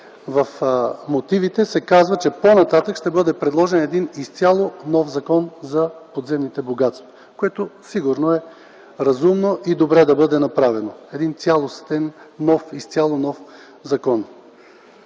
в мотивите се казва, че по-нататък ще бъде предложен изцяло нов закон за подземните богатства, което сигурно е разумно и е добре да бъде направено. Според мен предложеният на